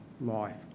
life